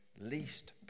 least